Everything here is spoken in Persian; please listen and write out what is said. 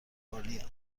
عالیم